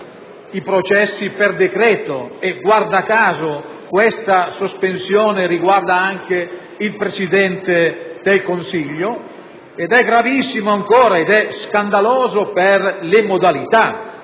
i processi per decreto, e - guarda caso - questa sospensione riguarda anche il Presidente del Consiglio. È gravissima e scandalosa anche per le modalità